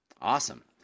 Awesome